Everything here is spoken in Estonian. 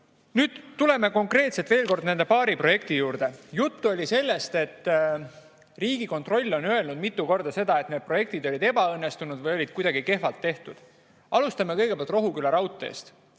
veel kord konkreetselt nende paari projekti juurde. Juttu oli sellest, et Riigikontroll on öelnud mitu korda seda, et need projektid olid ebaõnnestunud või olid kuidagi kehvalt tehtud. Alustame Rohuküla raudteest.